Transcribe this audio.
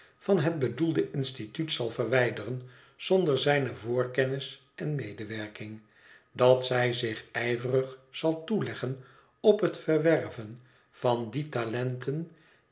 van het bedoelde instituut zal verwijderen zonder zijne voorkennis en medewerking dat zij zich ijverig zal toeleggen op het verwerven van die talenten